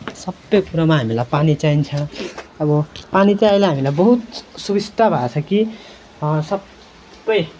सब कुरोमा हामीलाई पानी चाहिन्छ अब पानी चाहिँ अहिले हामीलाई बहुत सुबिस्ता भएको छ कि सब